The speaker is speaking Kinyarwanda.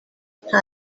nta